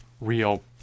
real